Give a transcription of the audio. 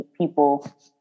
people